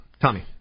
Tommy